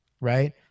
right